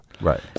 right